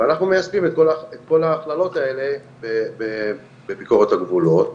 ואנחנו מיישמים את כל ההכללות האלה בביקורת הגבולות.